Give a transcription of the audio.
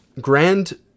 Grand